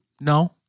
No